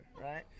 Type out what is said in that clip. right